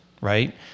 right